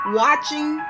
watching